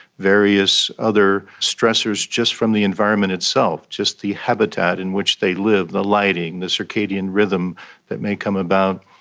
various other stressors just from the environment itself, just the habitat in which they live, the lighting, the circadian rhythm that may come about.